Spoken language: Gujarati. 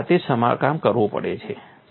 તેણે જાતે જ સમારકામ કરવું પડે છે